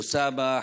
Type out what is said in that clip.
אוסאמה,